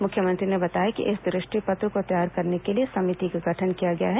मुख्यमंत्री ने बताया कि इस दृष्टि पत्र को तैयार करने के लिए समिति का गठन किया गया है